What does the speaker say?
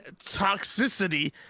toxicity